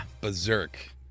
berserk